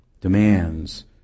demands